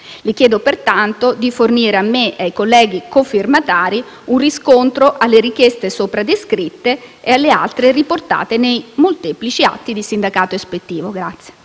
Le chiedo, pertanto, di fornire a me ed ai colleghi cofirmatari un riscontro alle richieste sopra descritte ed alle altre riportate nei molteplici atti di sindacato ispettivo.